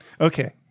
Okay